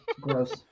Gross